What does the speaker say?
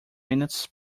minutes